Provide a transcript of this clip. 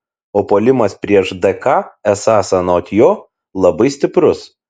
o puolimas prieš dk esąs anot jo labai stiprus